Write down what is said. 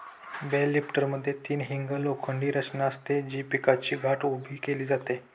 bell लिफ्टरमध्ये तीन hinged लोखंडी रचना असते, जी पिकाची गाठ उभी केली जाते